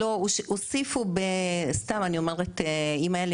לא, הוסיפו, סתם אני אומרת, אם הייתה לי